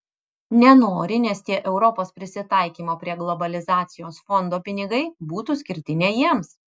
nenori nes tie europos prisitaikymo prie globalizacijos fondo pinigai būtų skirti ne jiems